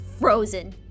frozen